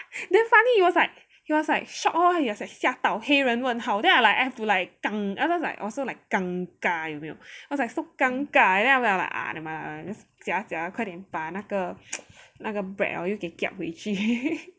damn funny he was like he was like shock lor he was like 吓到黑人问号 then I like I have to like also like 尴尬有没有 I was like so 尴尬 then I am like !aiya! nevermind lah just 假假把那个 bread 给 kiap 回去